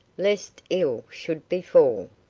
lest ill should befall.